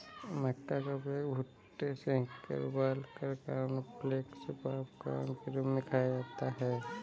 मक्का का उपयोग भुट्टे सेंककर उबालकर कॉर्नफलेक्स पॉपकार्न के रूप में खाया जाता है